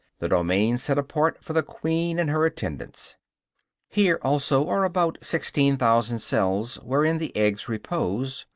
the domain set apart for the queen and her attendants here also are about sixteen thousand cells wherein the eggs repose,